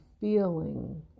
feeling